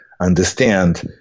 understand